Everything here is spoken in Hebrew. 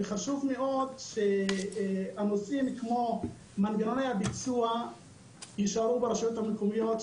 וחשוב מאוד שנושאים כמו מנגנוני הביצוע יישארו ברשויות המקומיות,